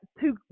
two